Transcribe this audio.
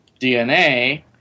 DNA